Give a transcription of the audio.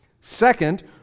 Second